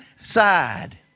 side